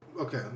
okay